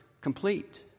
complete